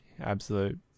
Absolute